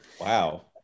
Wow